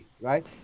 right